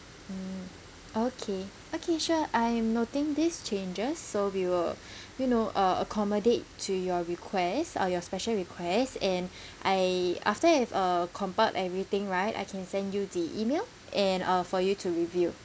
mm okay okay sure I am noting these changes so we will you know uh accommodate to your requests uh your special requests and I after I've uh compiled everything right I can send you the email and uh for you to review